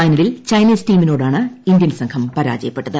ഫൈനലിൽ ചൈനീസ് ടീമിനോടാണ് ഇന്ത്യൻ സംഘം പരാജയപ്പെട്ടത്